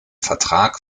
vertrag